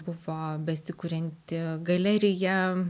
buvo besikurianti galerija